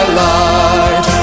light